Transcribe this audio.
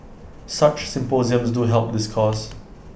such symposiums do help this cause